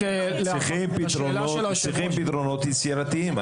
צריכים פתרונות יצירתיים.